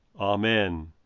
Amen